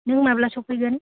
नों माब्ला सफैगोन